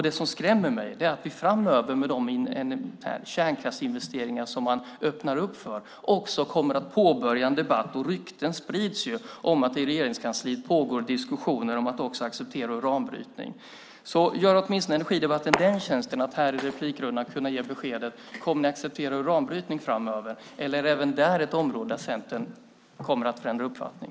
Det som skrämmer mig är vad vi kan få framöver med de kärnkraftsinvesteringar som man öppnar för. Rykten sprids ju om att det i Regeringskansliet pågår diskussioner om att också acceptera uranbrytning. Gör åtminstone energidebatten den tjänsten att här i replikrundan ge beskedet om ni kommer att acceptera uranbrytning framöver, eller är även det ett område där Centern kommer att ändra uppfattning?